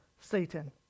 Satan